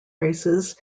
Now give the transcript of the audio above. races